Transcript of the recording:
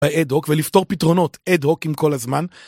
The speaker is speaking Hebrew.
ולפתור פתרונות הד-הוקים כל הזמן.